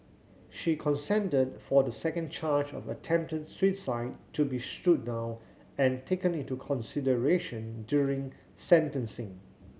she consented for the second charge of attempted suicide to be stood down and taken into consideration during sentencing